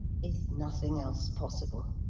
is nothing else possible?